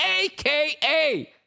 aka